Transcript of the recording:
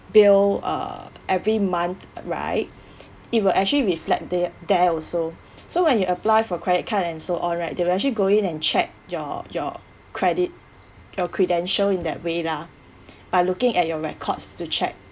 bill uh every month right it will actually reflect the~ there also so when you apply for credit card and so on right they will actually go in and check your your credit your credential in that way lah by looking at your records to check